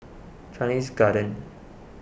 Chinese Garden